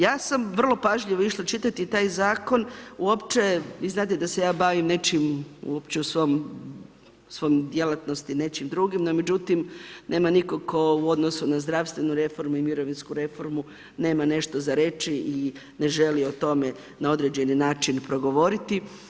Ja sam vrlo pažljivo išla čitati taj zakon uopće, vi znate da se ja bavim nečim, uopće u svom, svojoj djelatnosti nečim drugim, no međutim nema nikog tko u odnosu na zdravstvenu reformu i mirovinsku reformu nema nešto za reći i ne želi o tome na određeni način progovoriti.